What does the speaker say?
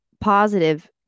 positive